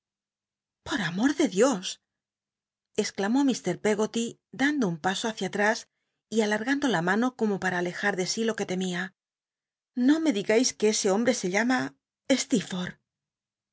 por amor de dios exclamó mr peggoly dando un paso hácia att is y al ugando la mano como para tlejar de lo que temía no me digais que ese hombre se llama